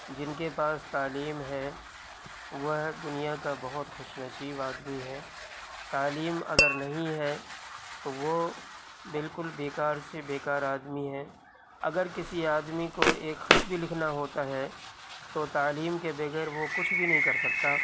جن کے پاس تعلیم ہے وہ دنیا کا بہت خوش نصیب آدمی ہے تعلیم اگر نہیں ہے تو وہ بالکل بیکار سے بیکار آدمی ہے اگر کسی آدمی کو ایک خط بھی لکھنا ہوتا ہے تو تعلیم کے بغیر وہ کچھ بھی نہیں کر سکتا